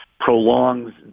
prolongs